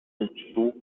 根本